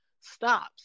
stops